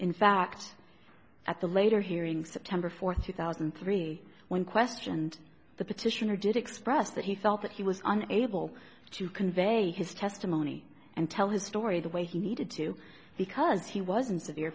in fact at the later hearing september fourth two thousand and three when questioned the petitioner did express that he felt that he was unable to convey his testimony and tell his story the way he needed to because he was in severe